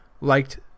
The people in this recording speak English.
liked